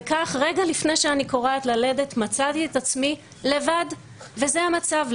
כך רגע לפני שאני יולדת מצאתי את עצמי לבד וזה המצב,